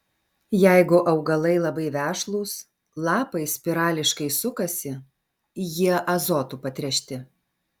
jeigu augalai labai vešlūs lapai spirališkai sukasi jie azotu patręšti